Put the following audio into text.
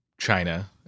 China